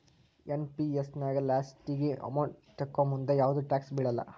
NPS ನ್ಯಾಗ ಲಾಸ್ಟಿಗಿ amount ತೊಕ್ಕೋಮುಂದ ಯಾವ್ದು ಟ್ಯಾಕ್ಸ್ ಬೇಳಲ್ಲ